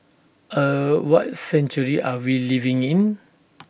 er what century are we living in